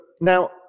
now